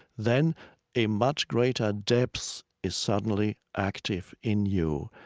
then a much greater depth is suddenly active in you.